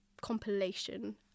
compilation